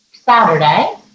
Saturday